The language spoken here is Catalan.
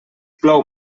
plou